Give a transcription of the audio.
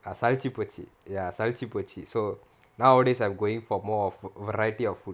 சலிச்சு போச்சு:salichu pochu ya சலிச்சு போச்சு:salichu pochu so nowadays I'm going for more of variety of food